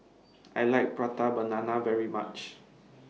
I like Prata Banana very much